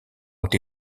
ont